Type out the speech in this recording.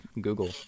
google